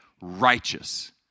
righteous